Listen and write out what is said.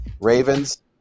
Ravens